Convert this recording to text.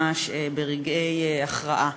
ברגעי הכרעה.